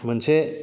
मोनसे